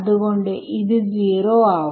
അത്കൊണ്ട് 0 ആവും